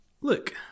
Look